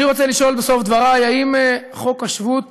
אני רוצה לשאול בסוף דברי אם חוק השבות